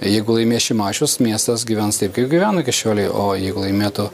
jeigu laimės šimašius miestas gyvens taip kaip gyveno iki šiolei o jeigu laimėtų